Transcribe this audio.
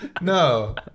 No